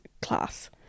class